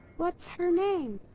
what's her name?